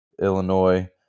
Illinois